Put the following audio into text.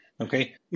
Okay